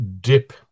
dip